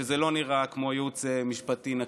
שלא נראה כמו ייעוץ משפטי נקי.